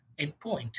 endpoint